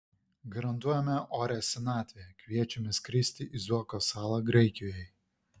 garantuojame orią senatvę kviečiame skristi į zuoko salą graikijoje